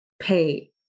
pay